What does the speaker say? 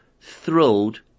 thrilled